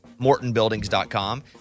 MortonBuildings.com